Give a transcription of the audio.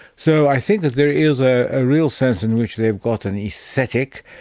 so i think that there is a ah real sense in which they have got an aesthetic.